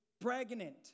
pregnant